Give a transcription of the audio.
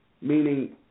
meaning